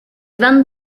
vingt